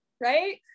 Right